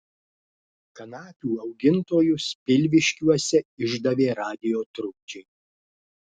kanapių augintojus pilviškiuose išdavė radijo trukdžiai